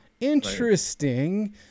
interesting